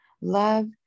love